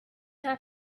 have